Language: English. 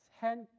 hand